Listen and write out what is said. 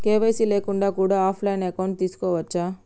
KYC లేకుండా కూడా offline account తీసుకోవచ్చా?